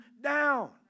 down